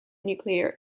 nuclear